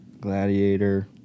Gladiator